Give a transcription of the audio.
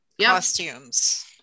costumes